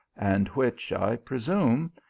and which, i presume,